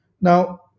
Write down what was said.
Now